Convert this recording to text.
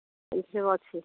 ଏଇ ସବୁ ଅଛି